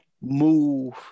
move